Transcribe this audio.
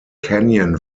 canyon